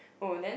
oh then